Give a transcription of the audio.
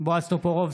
בועז טופורובסקי,